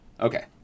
Okay